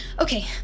Okay